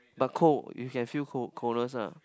but cold you can feel cold coldness ah